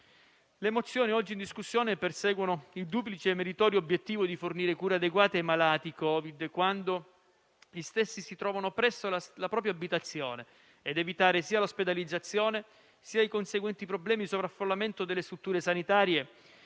Le mozioni oggi in discussione perseguono il duplice meritorio obiettivo di fornire cure adeguate ai malati Covid, quando gli stessi si trovano presso la propria abitazione, ed evitare sia l'ospedalizzazione, sia i conseguenti problemi di sovraffollamento delle strutture sanitarie,